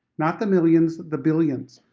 not the millions, the billions.